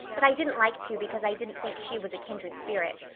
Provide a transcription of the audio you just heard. but i didn't like to because i didn't think she was a kindred spirit.